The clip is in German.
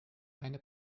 eine